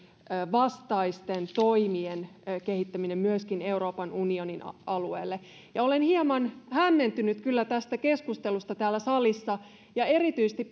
vastaisten toimien kehittäminen myöskin euroopan unionin alueelle olen hieman hämmentynyt kyllä tästä keskustelusta täällä salissa ja erityisesti